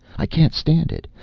i can't stand it.